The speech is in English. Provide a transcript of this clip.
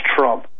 Trump